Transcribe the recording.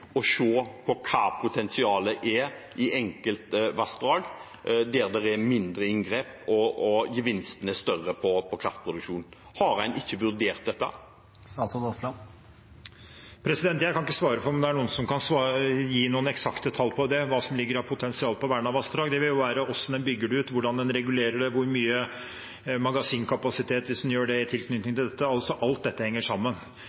på hva potensialet er i enkeltvassdrag, der det er mindre inngrep og gevinsten er større på kraftproduksjonen. Har en ikke vurdert dette? Jeg kan ikke svare for om det er noen som kan gi eksakte tall på hva som ligger av potensial i vernede vassdrag. Det vil avhenge av hvordan en bygger dem ut, hvordan en regulerer det, hvor stor magasinkapasiteten er, hvis en gjør det i tilknytning i dette – for alt dette henger sammen.